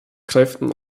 kräften